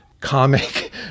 comic